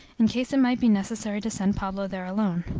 in case it might be necessary to send pablo there alone.